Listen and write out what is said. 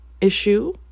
issue